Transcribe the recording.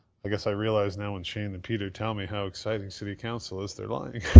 i guess i realize now when shane and peter tell me how exciting city council is, they're lying.